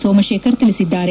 ಸೋಮಶೇಖರ್ ತಿಳಿಸಿದ್ದಾರೆ